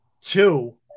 Two